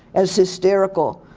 as hysterical.